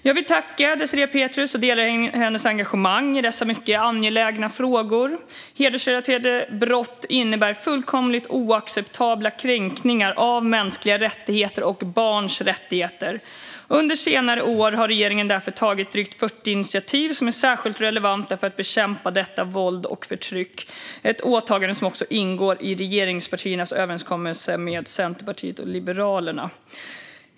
Jag vill tacka Désirée Pethrus, och jag delar hennes engagemang i dessa mycket angelägna frågor. Hedersrelaterade brott innebär fullkomligt oacceptabla kränkningar av mänskliga rättigheter och barns rättigheter. Under senare år har regeringen därför tagit drygt 40 initiativ som är särskilt relevanta för att bekämpa detta våld och förtryck - ett åtagande som också ingår i regeringspartiernas överenskommelse med Centerpartiet och Liberalerna.